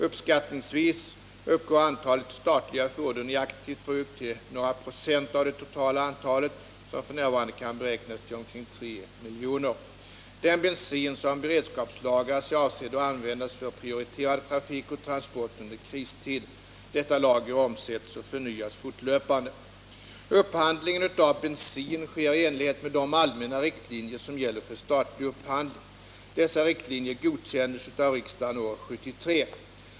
Uppskattningsvis uppgår antalet statliga fordon i aktivt bruk till någre procent av det totala antalet, som f. n. kan beräknas till omkring tre miljoner. Den bensin som beredskapslagras är avsedd att användas för prioriterad trafik och transport under kristid. Detta lager omsätts och förnyas fortlöpande. Upphandling av bensin sker i enlighet med de allmänna riktlinjer som gäller för statlig upphandling. Dessa riktlinjer godkändes av riksdagen år 1973 .